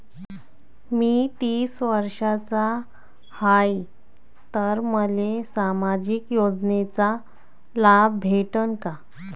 मी तीस वर्षाचा हाय तर मले सामाजिक योजनेचा लाभ भेटन का?